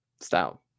style